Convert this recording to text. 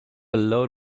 load